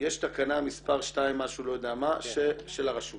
יש תקנה מספר 2 משהו, לא יודע מה, של הרשות